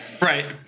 Right